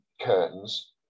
curtains